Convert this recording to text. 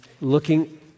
looking